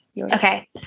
Okay